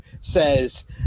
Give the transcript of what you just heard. says